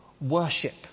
worship